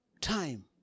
time